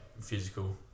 physical